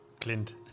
Clint